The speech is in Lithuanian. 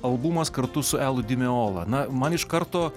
albumas kartu su elu dimeola na man iš karto